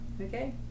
Okay